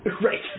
Right